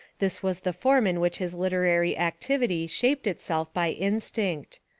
this was the form in which his literary activity shaped itself by instinct.